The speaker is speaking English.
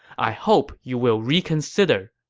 i hope you will reconsider.